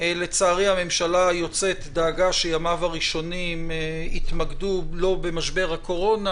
לצערי הממשלה היוצאת דאגה שימיו הראשונים לא יתמקדו במשבר הקורונה,